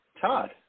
Todd